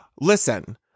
listen